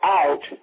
out